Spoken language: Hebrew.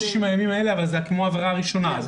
אבל זה כמו עבירה ראשונה.